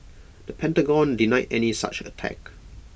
the Pentagon denied any such attack